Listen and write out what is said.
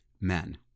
men